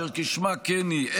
אשר כשמה כן היא,